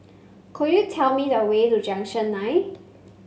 could you tell me the way to Junction Nine